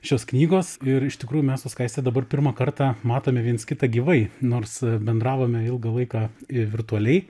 šios knygos ir iš tikrųjų mes su skaiste dabar pirmą kartą matome viens kitą gyvai nors bendravome ilgą laiką i virtualiai